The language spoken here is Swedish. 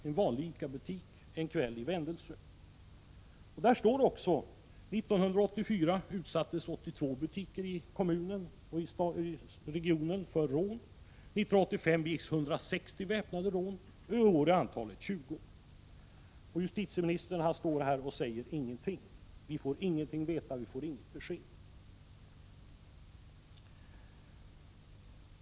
I artikeln står det också att 1984 utsattes 82 butiker i kommunen och i regionen för rån. 1985 begicks 160 väpnade rån, och i år är antalet 20. Och justitieministern står här och säger ingenting. Vi får inget veta, vi får inget besked.